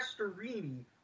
Pastorini